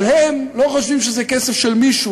אבל הם לא חושבים שזה כסף של מישהו,